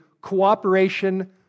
cooperation